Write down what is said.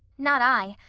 not i.